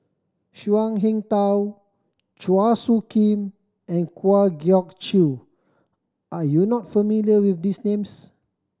Zhuang Shengtao Chua Soo Khim and Kwa Geok Choo are you not familiar with these names